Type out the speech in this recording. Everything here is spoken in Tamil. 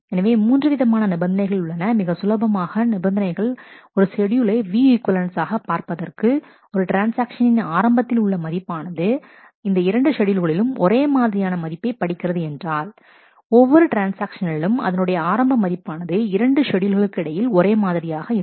எனவே மூன்று விதமான நிபந்தனைகள் உள்ளன மிக சுலபமான நிபந்தனைகள் ஒரு ஷெட்யூலை வியூ ஈக்வலன்ஸ் ஆக பார்ப்பதற்கு ஒரு ட்ரான்ஸ்ஆக்ஷனின்ஆரம்பத்தில் உள்ள மதிப்பானது இந்த இரண்டு ஷெட்யூல்களில் ஒரே மாதிரியான மதிப்பை படிக்கிறது என்றால் ஒவ்வொரு ட்ரான்ஸ்ஆக்ஷனிலும் அதனுடைய ஆரம்ப மதிப்பானது இரண்டு ஷெட்யூல் களுக்கு இடையில் ஒரே மாதிரியாக இருக்கும்